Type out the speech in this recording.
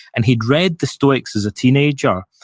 and he'd read the stoics as a teenager,